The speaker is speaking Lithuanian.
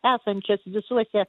esančias visuose